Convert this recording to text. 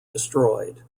destroyed